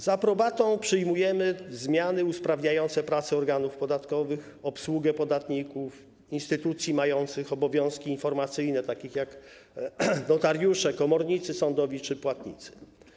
Z aprobatą przyjmujemy zmiany usprawniające pracę organów podatkowych, obsługę podatników, instytucji mających obowiązki informacyjne, takich jak notariusze, komornicy sądowi czy płatnicy.